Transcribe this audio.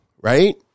right